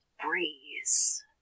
breeze